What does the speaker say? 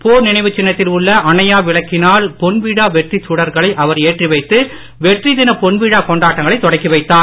போர் நினைவுச் சின்னத்தில் உள்ள அணையா விளக்கினால் பொன்விழா வெற்றிச் சுடர்களை அவர் ஏற்றி வைத்து வெற்றி தின பொன்விழா கொண்டாட்டங்களைத் தொடக்கி வைத்தார்